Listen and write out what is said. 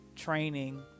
training